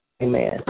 Amen